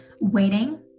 waiting